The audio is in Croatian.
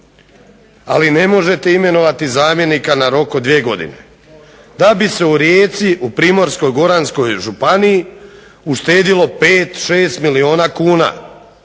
Ali ne možete imenovati zamjenika na rok od dvije godine, da bi se u Rijeci, u Primorsko-goranskoj županiji uštedilo 5, 6 milijuna kuna.